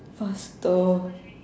faster